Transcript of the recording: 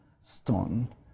Stone